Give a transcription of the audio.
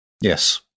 Yes